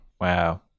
Wow